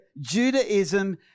Judaism